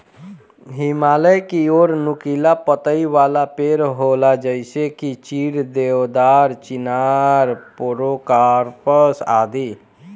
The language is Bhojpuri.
हिमालय की ओर नुकीला पतइ वाला पेड़ होला जइसे की चीड़, देवदार, चिनार, पोड़ोकार्पस आदि